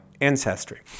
ancestry